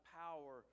power